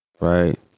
Right